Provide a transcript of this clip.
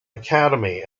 academy